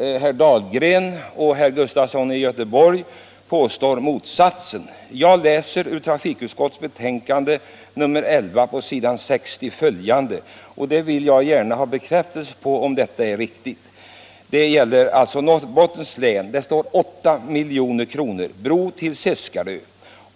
Herr Dahlgren och herr Sven Gustafson i Göteborg påstår motsatsen. På s. 60 i betänkandet står följande: ” Norrbottens län Bro till Seskarö.